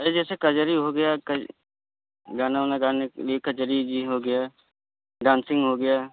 अरे जैसे कजरी हो गया गाना वाना गाने के लिए कजरी जी हो गया डांसिंग हो गया